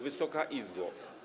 Wysoka Izbo!